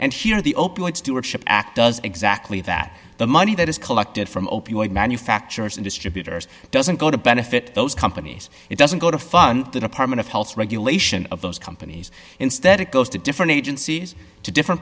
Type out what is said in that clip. stewardship act does exactly that the money that is collected from opioid manufacturers and distributors doesn't go to benefit those companies it doesn't go to fund the department of health regulation of those companies instead it goes to different agencies to different